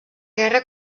guerra